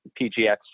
PGX